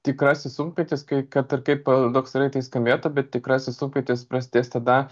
tikrasis sunkmetis kai kad ir kaip paradoksaliai tai skambėtų bet tikrasis sunkmetis prasidės tada